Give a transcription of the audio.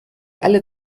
alle